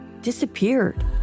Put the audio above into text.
disappeared